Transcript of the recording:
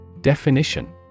Definition